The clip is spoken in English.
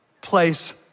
place